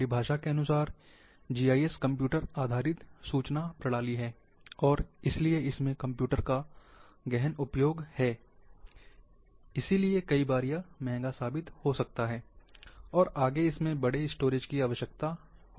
परिभाषा के अनुसार जीआईएस कंप्यूटर आधारित सूचना प्रणाली है और इसलिए इसमें कंप्यूटर का गहन उपयोग है इसलिए कई बार यह महंगा साबित हो सकता है और आगे इसमें बड़े स्टोरेज की आवश्यकता है